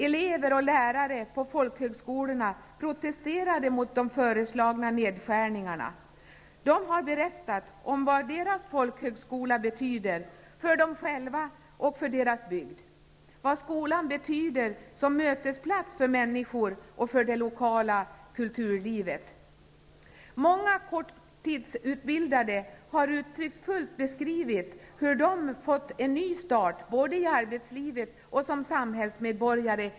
Eleverna och lärarna på folkhögskolorna protesterade mot de föreslagna nedskärningarna. De har berättat om vad deras folkhögskola betyder för dem själva och för deras bygd och vad skolan betyder som mötesplats för människor och för det lokala kulturlivet. Många korttidsutbildade har uttrycksfullt beskrivit hur de genom folkbildningen fått en ny start både i arbetslivet och som samhällsmedborgare.